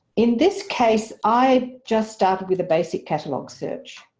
in this case i just started with a basic catalogue search.